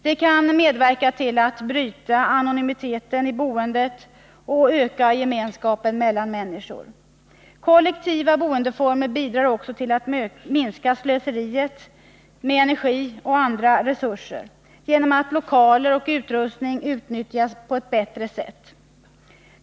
Det kan medverka till att bryta anonymiteten i boendet och öka gemenskapen mellan människor. Kollektiva boendeformer bidrar också till att minska slöseriet med energi och andra resurser genom att lokaler och utrustningar utnyttjas bättre.